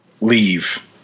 leave –